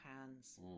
hands